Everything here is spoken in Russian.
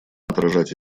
отражать